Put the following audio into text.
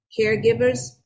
caregivers